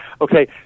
okay